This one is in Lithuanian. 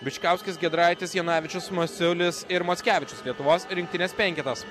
bičkauskis giedraitis jonavičius masiulis ir mockevičius lietuvos rinktinės penketas